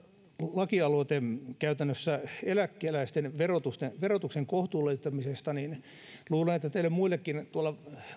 lakialoite käytännössä eläkeläisten verotuksen kohtuullistamisesta luulen että teille muillekin tuolla